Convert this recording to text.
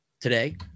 today